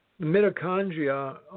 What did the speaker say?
Mitochondria